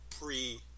pre